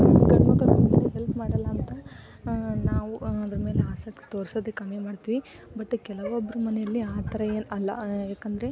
ಗಂಡು ಮಕ್ಕಳು ನಮಗೇನು ಹೆಲ್ಪ್ ಮಾಡಲ್ಲ ಅಂತ ನಾವು ಅದ್ರ ಮೇಲೆ ಆಸಕ್ತಿ ತೋರಿಸೋದೆ ಕಮ್ಮಿ ಮಾಡ್ತೀವಿ ಬಟ್ ಕೆಲವೊಬ್ರ ಮನೇಲಿ ಆ ಥರ ಅಲ್ಲ ಏಕೆಂದರೆ ಮ